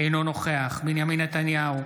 אינו נוכח בנימין נתניהו,